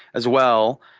as well.